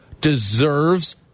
deserves